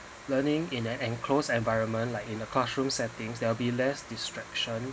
learning in an enclosed environment like in a classroom setting there will be less distraction